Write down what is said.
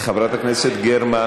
חברת הכנסת גרמן,